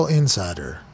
insider